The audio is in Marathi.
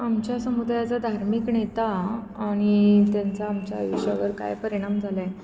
आमच्या समुदायाचा धार्मिक नेता आणि त्यांचा आमच्या आयुषयावर काय परिणाम झाला आहे